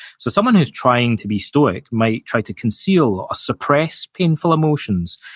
so someone who's trying to be stoic might try to conceal or suppress painful emotions,